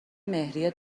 مهریه